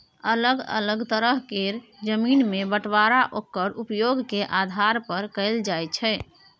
अलग अलग तरह केर जमीन के बंटबांरा ओक्कर उपयोग के आधार पर कएल जाइ छै